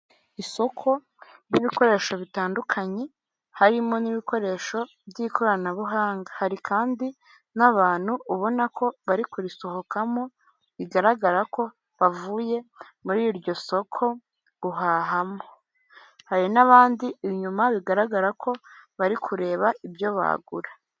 Isoko ry'ibikoresho bitandukanye, harimo n'ibikoresho by'ikoranabuhanga, hari kandi n'abantu ubona ko bari kurisohokamo bigaragara ko bavuye muri iryo soko guhahamo. Hari n'abandi inyuma bigaragara ko bari kureba ibyo bagura.